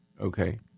okay